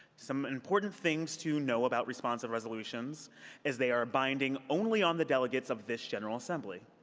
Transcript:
some important things to know about responsive resolutions is they are binding only on the delegates of this general assembly.